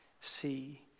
see